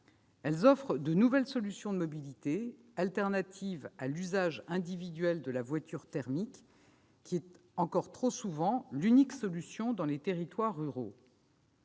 Elles offrent de nouvelles solutions de mobilité, alternatives à l'usage individuel de la voiture thermique, qui est encore trop souvent l'unique solution dans les territoires ruraux.